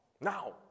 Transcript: Now